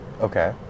Okay